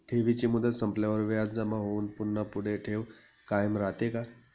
ठेवीची मुदत संपल्यावर व्याज जमा होऊन पुन्हा पुढे ठेव कायम राहते का?